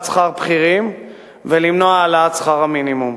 שכר בכירים ולמנוע את העלאת שכר המינימום.